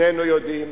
שנינו יודעים